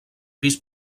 pis